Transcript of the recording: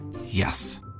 Yes